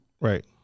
right